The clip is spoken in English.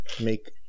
make